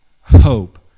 hope